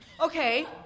Okay